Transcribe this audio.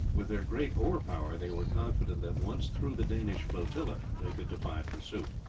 with their great oar-power they were confident that, once through the danish flotilla, they could defy pursuit.